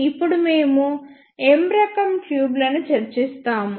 ఇప్పుడు మేము M రకం ట్యూబ్ లను చర్చిస్తాము